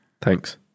thanks